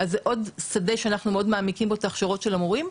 זה עוד שדה שאנחנו מאוד מעמיקים בו את ההכשרות של המורים.